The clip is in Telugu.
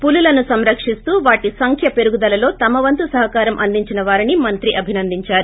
పులులను సంరకిస్తూ వాటి సంఖ్య పెరుగుదలలో తమ వంతు సహకారం అందించిన వారిని మంత్రి అభినందించారు